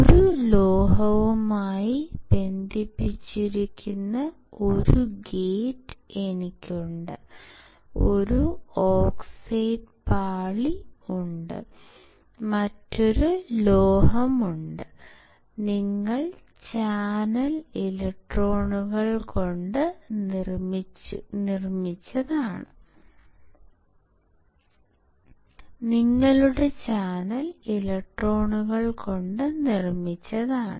ഒരു ലോഹവുമായി ബന്ധിപ്പിച്ചിരിക്കുന്ന ഒരു ഗേറ്റ് എനിക്കുണ്ട് ഒരു ഓക്സൈഡ് പാളി ഉണ്ട് മറ്റൊരു ലോഹമുണ്ട് നിങ്ങളുടെ ചാനൽ ഇലക്ട്രോണുകൾ കൊണ്ട് നിർമ്മിച്ചതാണ്